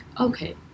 okay